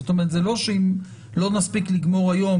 זאת אומרת זה לא שאם לא נספיק לגמור היום